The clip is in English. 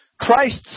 Christ's